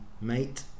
mate